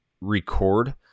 record